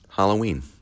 Halloween